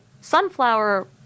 sunflower